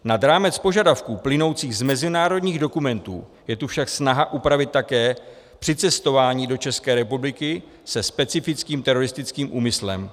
Nad rámec požadavků plynoucích z mezinárodních dokumentů je tu však snaha upravit také přicestování do České republiky se specifickým teroristickým úmyslem.